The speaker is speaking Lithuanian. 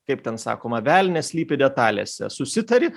kaip ten sakoma velnias slypi detalėse susitari